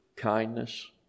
Kindness